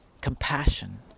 compassion